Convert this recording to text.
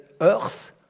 earth